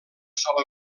sola